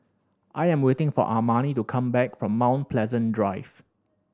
I am waiting for Armani to come back from Mount Pleasant Drive